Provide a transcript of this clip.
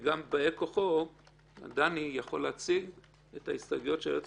וגם בא כוח דני יכול להציג את ההסתייגויות של היועץ